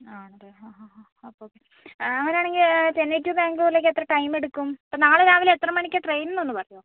ആ അതെ ഹാ ഹാ ഹാ അപ്പോൾ ഓക്കെ അങ്ങനെ ആണെങ്കിൽ ചെന്നൈ ടു ബാംഗ്ളൂരിലേക്ക് എത്ര ടൈം എടുക്കും അപ്പം നാളെ രാവിലെ എത്ര മണിക്കാണ് ട്രെയിൻ എന്ന് ഒന്ന് പറയുവോ